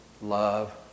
love